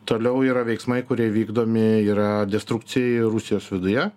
toliau yra veiksmai kurie vykdomi yra destrukcijai rusijos viduje